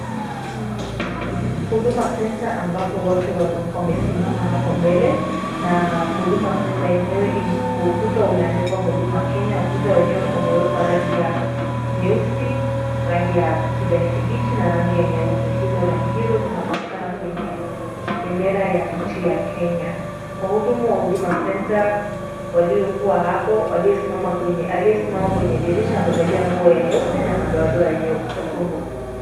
Huduma Centre ambapo watu wamesimama hapo mbele na Huduma Centre yenyewe kwa ukuta umeandikwa Huduma Kenya, ukuta wenyewe umewekwa rangi ya nyeusi, rangi ya kijani kibichi na rangi ya nyeupe. Hizo rangi hizo zinapatikana kwenye bendera ya nchi ya Kenya. Wahudumu wa Huduma Centre waliokuwa hapo, aliyesimama kwenye dirisha amevalia nguo ya nyeupe na madoadoa ya nyekundu.